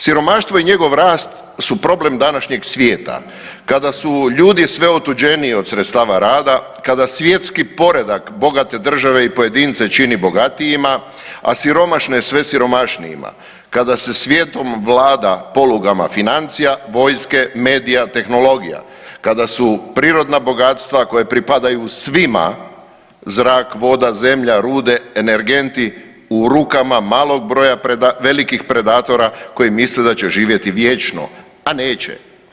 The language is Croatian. Siromaštvo i njegov rast su problem današnjeg svijeta kada su ljudi sve otuđeniji od sredstava rada, kada svjetski poredak bogate države i pojedince čini bogatijima, a siromašnije sve siromašnijima, kada se svijetom vlada polugama financija, vojske, medija, tehnologija, kada su prirodna bogatstva koja pripadaju svima zrak, voda, zemlja, rude, energenti u rukama malog broja velikih predatora koji misle da će živjeti vječno, a neće.